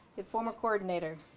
the formal coordinator.